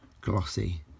glossy